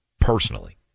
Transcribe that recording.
personally